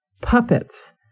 puppets